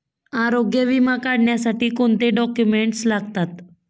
आरोग्य विमा काढण्यासाठी कोणते डॉक्युमेंट्स लागतात?